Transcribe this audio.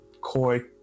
core